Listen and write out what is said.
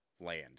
land